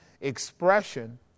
expression